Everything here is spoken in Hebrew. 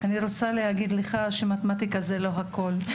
אני רוצה להגיד לך שמתמטיקה זה לא הכול.